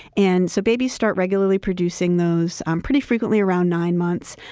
and so babies start regularly producing those um pretty frequently around nine months.